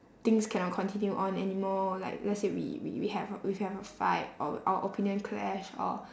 things cannot continue on anymore like let's say we we we have a we have a fight or our opinion clash or